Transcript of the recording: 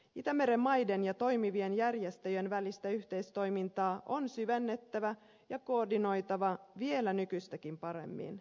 itämeren maiden ja toimivien järjestöjen välistä yhteistoimintaa on syvennettävä ja koordinoitava vielä nykyistäkin paremmin